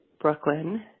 Brooklyn